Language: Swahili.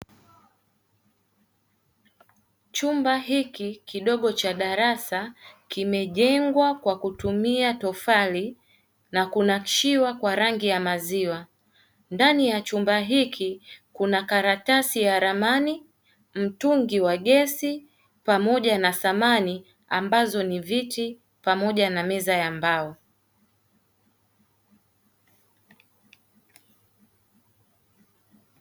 Chumba hiki kidogo cha darasa kimejengwa kwa kutumia tofali na kunakshiwa kwa rangi ya maziwa, ndani ya chumba hiki kuna karatasi ya ramani, mtungi wa gesi pamoja na samani ambazo ni viti pamoja na meza ya mbao.